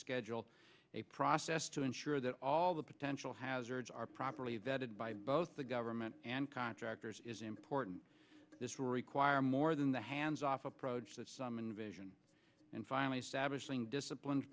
schedule a process to ensure that all the potential hazards are properly vetted by both the government and contractors is important this will require more than the hands off approach that some in vision and finally establishing disciplined